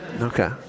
Okay